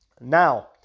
now